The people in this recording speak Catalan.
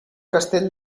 castell